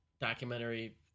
documentary